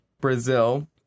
Brazil